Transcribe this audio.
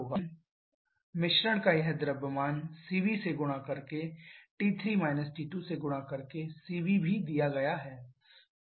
इसलिए 11367 मिश्रण का यह द्रव्यमान cv से गुणा करके T3 T2 से गुणा करके cv भी दिया गया है